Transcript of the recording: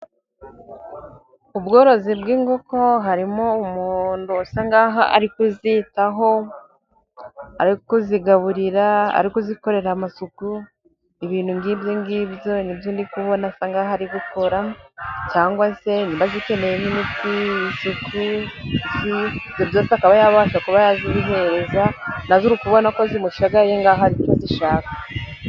Ubworozi bw'inkoko harimo umuntu usankaho ari kuzitaho ari kuzigaburira ari kuzikorera amasuku, ibintu nk'ibyo ngizo nibyo ndi kubona asankaho ari gukora cyangwa se niba zikeneye nk'imiti isuku, ibyo byose akaba yabasha kuba yazibihereza nazo uri ukubona ko zimushagaye nkaho hari icyo zishaka.